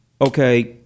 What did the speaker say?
okay